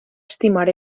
estimar